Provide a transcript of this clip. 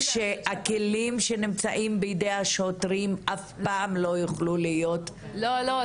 שהכלים שנמצאים בידי השוטרים אף פעם לא יוכלו להיות --- לא לא,